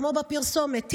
כמו בפרסומת,